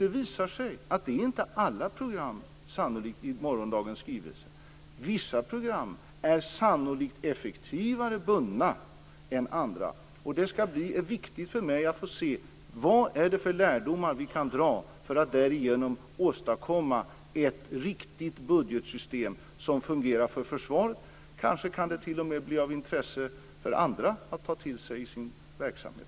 Det visade sig att det sannolikt inte kommer att handla om alla program i morgondagens skrivelse. Vissa program är effektivare bundna än andra. Det är angeläget för mig att få se vilka lärdomar vi kan dra för att därigenom kunna åstadkomma ett riktigt budgetsystem som fungerar för försvaret. Det kan kanske t.o.m. vara av intresse för andra att ta till sig i sin verksamhet.